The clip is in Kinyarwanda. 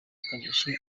kamichi